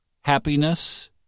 happiness